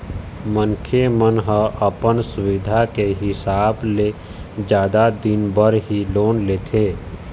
मनखे मन ह अपन सुबिधा के हिसाब ले जादा दिन बर ही लोन लेथे